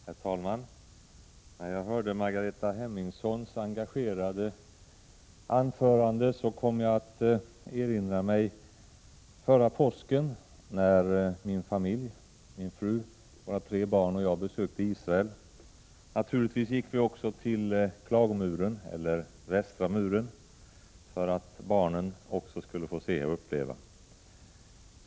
Herr talman! När jag hörde Margareta Hemmingssons engagerade anförande kom jag att erinra mig förra påsken när min familj, min fru, våra tre barn och jag, besökte Israel. Naturligtvis gick vi till klagomuren för att också barnen skulle få se och uppleva den.